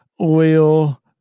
oil